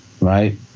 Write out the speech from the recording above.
right